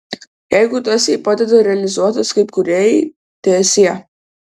jeigu tas jai padeda realizuotis kaip kūrėjai teesie